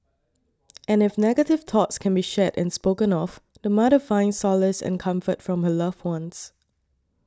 and if negative thoughts can be shared and spoken of the mother finds solace and comfort from her loved ones